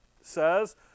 says